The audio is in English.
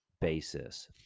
basis